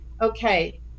okay